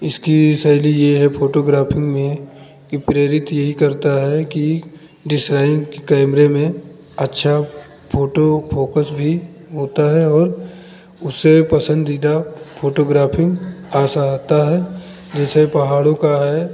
इसकी शैली यह है फ़ोटोग्राफ़िंग में कि प्रेरित यही करता है कि डिसराइन के कैमरे में अच्छा फ़ोटो फ़ोकस भी होता है और उससे पसंदीदा फ़ोटोग्राफ़िंग अच्छा आता है जैसे पहाड़ों का है